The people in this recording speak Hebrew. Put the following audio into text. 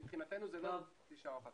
אנחנו בדקנו מה שקרה בערובה